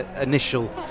initial